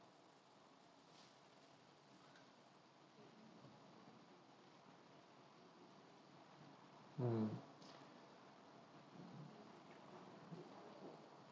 mm